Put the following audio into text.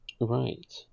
Right